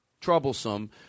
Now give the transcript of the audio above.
troublesome